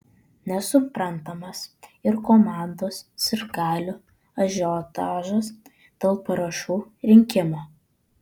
nesuprantamas ir komandos sirgalių ažiotažas dėl parašų rinkimo